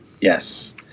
yes